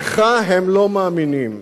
לך הם לא מאמינים.